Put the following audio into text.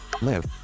live